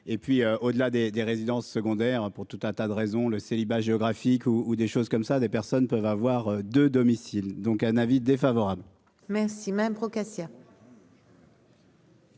et puis au-delà des des résidences secondaires pour tout un tas de raisons, le célibat géographique ou des choses comme ça, des personnes peuvent avoir de domicile, donc un avis défavorable. Merci Madame Procaccia.